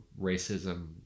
racism